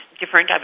different